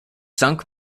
sunk